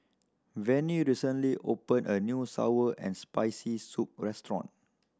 Vennie recently opened a new sour and Spicy Soup restaurant